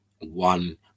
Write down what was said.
one